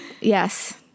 yes